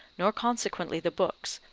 nor consequently the books,